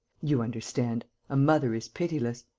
you understand a mother is pitiless,